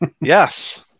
Yes